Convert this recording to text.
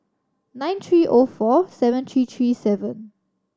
nine three O four seven three three seven